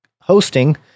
hosting